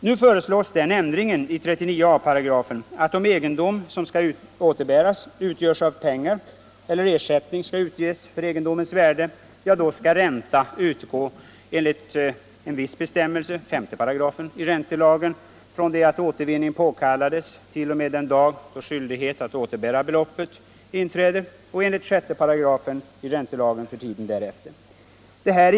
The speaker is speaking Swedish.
Nu föreslås den ändringen i 39 a § att, om egendom som skall återbäras utgörs av pengar eller ersättning skall utges för egendoms värde, ränta skall utgå enligt en viss bestämmelse — 5§ —- i räntelagen från det att återvinning påkallades t.o.m. den dag då skyldighet att återbära beloppet inträder, och enligt 6 § i räntelagen för tiden därefter.